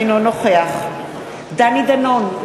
אינו נוכח דני דנון,